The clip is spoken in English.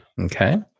Okay